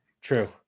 True